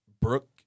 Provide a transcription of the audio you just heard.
Brooke